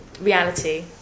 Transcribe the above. reality